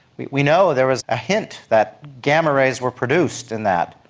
we we know there is a hint that gamma rays were produced in that.